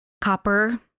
Copper